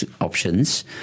options